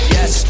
Yes